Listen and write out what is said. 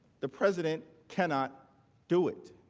the president cannot do it.